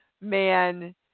Man